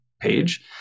page